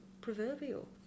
proverbial